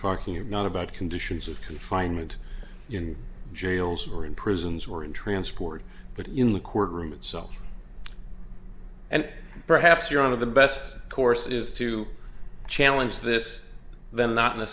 talking not about conditions of confinement in jails or in prisons or in transport but in the courtroom itself and perhaps your own of the best course is to challenge this then not in